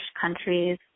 countries